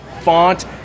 Font